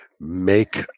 make